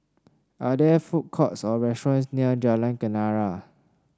are there food courts or restaurants near Jalan Kenarah